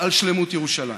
על שלמות ירושלים.